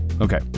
Okay